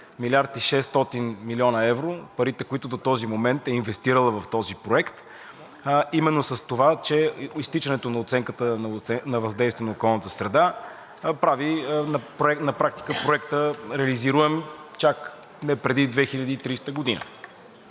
млрд. 600 млн. евро – парите, които до този момент е инвестирала в този проект, а именно с това, че изтичането на оценката на въздействието на околната среда прави на практика проекта реализуем чак, не преди 2030 г.